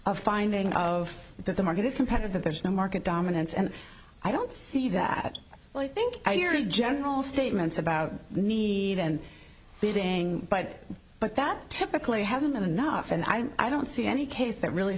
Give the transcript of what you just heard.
of finding of the market is competitive there's no market dominance and i don't see that well i think your general statements about need and bidding buy but that typically hasn't been enough and i'm i don't see any case that really